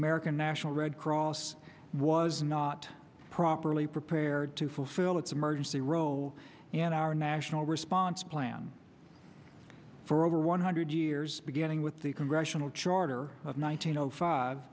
american national red cross was not properly prepared to fulfill its emergency role and our national response plan for over one hundred years beginning with the congressional charter of nineteen zero five